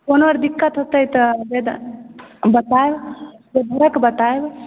कोनो आर दिक्कत होएतै तऽ बद बताएब बेझिझक बताएब